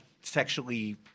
sexually